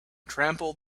trample